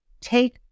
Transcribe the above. Take